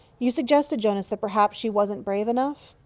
you suggested, jonas, that perhaps she wasn't brave enough?